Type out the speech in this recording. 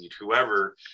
whoever